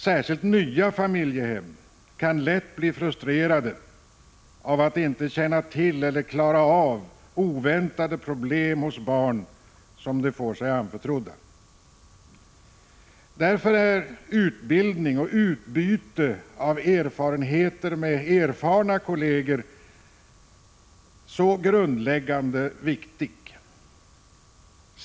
Särskilt nya familjehem kan lätt bli frustrerade av att inte känna till eller klara av oväntade problem hos barn som de får sig anförtrodda. Därför är utbildning och utbyte av erfarenheter med erfarna kolleger så grundläggande viktigt.